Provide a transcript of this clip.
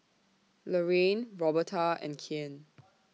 Lorraine Roberta and Kyan